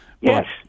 Yes